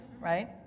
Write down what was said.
right